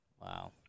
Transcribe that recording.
Wow